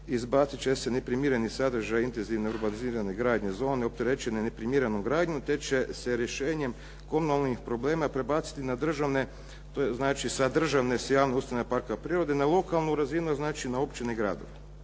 izbaciti će se neprimjereni sadržaji intenzivne urbanizirane gradnje zone opterećeni neprimjerenom gradnjom, te će se rješenjem komunalnih problema prebaciti na državne, znači sa državne s javne ustanove parka prirode na lokalnu razinu, znači na općine i gradove.